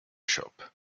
shop